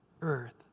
Earth